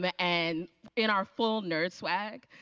but and in our full nerd swag,